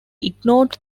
ignored